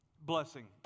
blessing